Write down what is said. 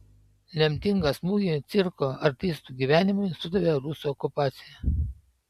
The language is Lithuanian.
lemtingą smūgį cirko artistų gyvenimui sudavė rusų okupacija